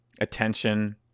attention